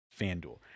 FanDuel